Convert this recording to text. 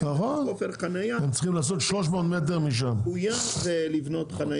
ועם הכופר חניה הוא מחויב לבנות חניה.